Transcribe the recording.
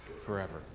Forever